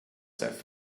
have